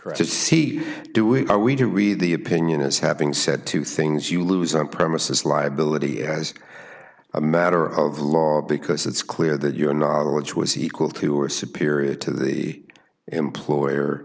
right to see do we are we to read the opinion as having said two things you lose on premises liability as a matter of law because it's clear that your knowledge was equal to or superior to the employer